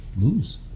lose